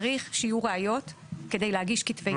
צריך שיהיו ראיות כדי להגיש כתבי אישום.